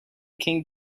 king